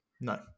no